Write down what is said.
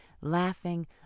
laughing